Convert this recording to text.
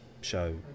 show